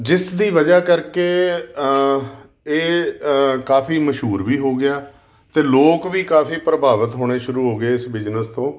ਜਿਸ ਦੀ ਵਜ੍ਹਾ ਕਰਕੇ ਇਹ ਕਾਫੀ ਮਸ਼ਹੂਰ ਵੀ ਹੋ ਗਿਆ ਅਤੇ ਲੋਕ ਵੀ ਕਾਫੀ ਪ੍ਰਭਾਵਿਤ ਹੋਣੇ ਸ਼ੁਰੂ ਹੋ ਗਏ ਇਸ ਬਿਜ਼ਨਸ ਤੋਂ